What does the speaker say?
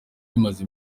rimaze